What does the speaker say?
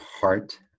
heart